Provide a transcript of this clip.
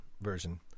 version